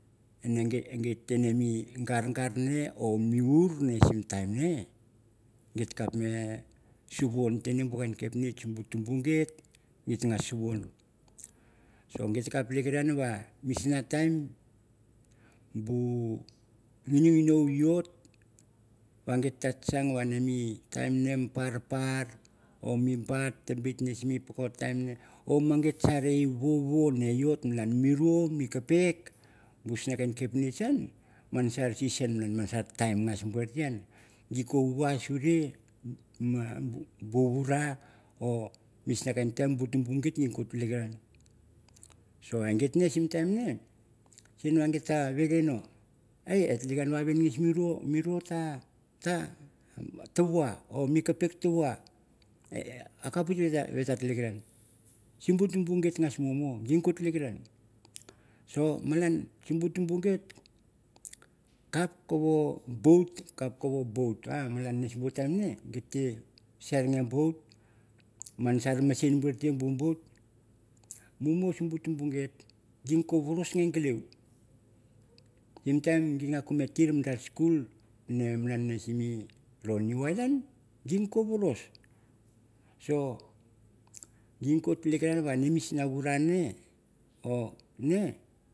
E git na mi gagar ne or mi wur sim mi time nge ge kap no sawun ne bu lain kepnitch bu tambu gi te ve suwun ne bu lain kernitch bu tambu gi te ve suwun. so git kapno tilikaran misana time bu ngenonio i ot. va git na kang va mi time ne mi parpar or mi bat ta bit ta bit simi puk time nge or ren gi sar a ot wunur malan ni ri or mi kapik suar kian kepnitch en man sa season malan ge se time ge se wua sure i ura or misna time bu tumbu git ge telikaran so en git sim time ne git ge sim time ne sin git te vere no, git tilikaran sim va misna time mi ru ta wa or or kapik wa a kap witt ve et tilikaran sim bu git muumu ge ta tilikaran malan simbu tumbu git kap ka boat wan se masin sim bu boat. Mumu sim bu tumbu git ge veros me gelen. Sim time no selectim long school malagan na sim lo new ireland git tem no veros.